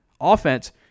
offense